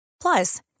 plus